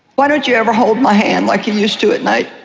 why don't you ever hold my hand like you used to at night?